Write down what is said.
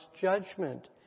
judgment